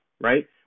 right